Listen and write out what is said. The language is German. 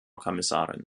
kommissarin